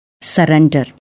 surrender